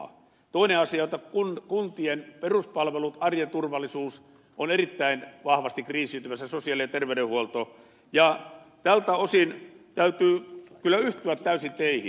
toinen asia on että kuntien peruspalvelut arjen turvallisuus ovat erittäin vahvasti kriisiytymässä sosiaali ja terveydenhuolto ja tältä osin täytyy kyllä yhtyä täysin teihin